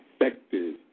effective